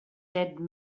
dead